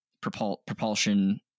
propulsion